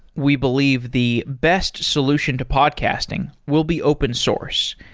we believe the best solution to podcasting will be open source.